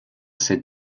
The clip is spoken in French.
ses